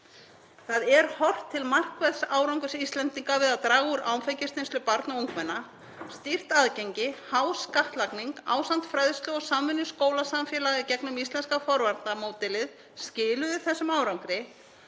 Það er horft til markverðs árangurs Íslendinga við að draga úr áfengisneyslu barna og ungmenna. Stýrt aðgengi, há skattlagning ásamt fræðslu og samvinnu skólasamfélaga í gegnum íslenska forvarnamódelið skiluðu þessum árangri.